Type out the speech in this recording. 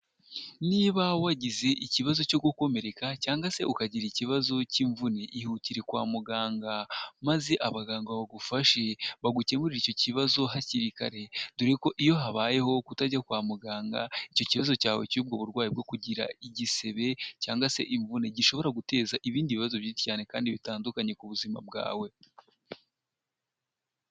Niba wagize ikibazo cyo gukomereka cyangwa se ukagira ikibazo cy'imvune, ihutire kwa muganga maze abaganga bagufashe bagukemurire icyo kibazo hakiri kare, dore ko iyo habayeho kutajya kwa muganga icyo kibazo cyawe cy'ubwo burwayi bwo kugira igisebe cyangwa se imvune gishobora guteza ibindi bibazo byinshi cyane kandi bitandukanye ku buzima bwawe.